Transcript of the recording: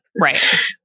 Right